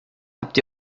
habt